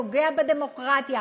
פוגע בדמוקרטיה,